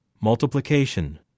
Multiplication